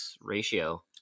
ratio